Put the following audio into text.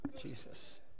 Jesus